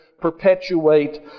perpetuate